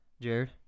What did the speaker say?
Jared